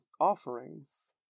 offerings